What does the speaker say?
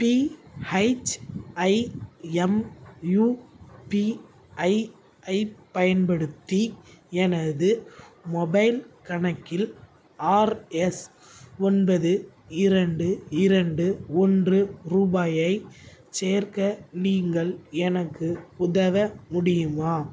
BHIM UPI ஐப் பயன்படுத்தி எனது மொபைல் கணக்கில் ஆர்எஸ் ஒன்பது இரண்டு இரண்டு ஒன்று ரூபாயை சேர்க்க நீங்கள் எனக்கு உதவ முடியுமா